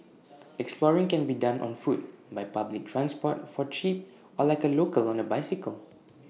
exploring can be done on foot by public transport for cheap or like A local on A bicycle